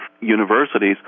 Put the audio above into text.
universities